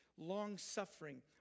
long-suffering